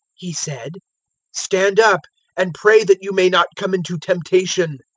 he said stand up and pray that you may not come into temptation.